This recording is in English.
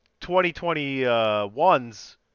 2021's